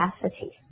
capacity